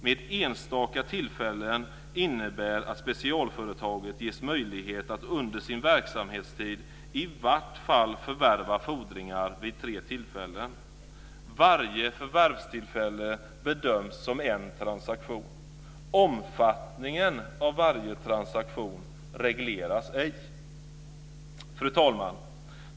Med enstaka tillfällen avses att specialföretaget ges möjlighet att under sin verksamhetstid i vart fall förvärva fordringar vid tre tillfällen. Varje förvärvstillfälle bedöms som en transaktion. Omfattningen av varje transaktion regleras ej. Fru talman!